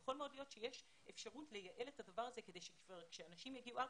יכול להיות שיש אפשרות לייעל את הדבר הזה כדי שכאשר אנשים יגיעו ארצה,